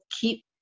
keep